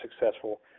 successful